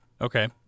Okay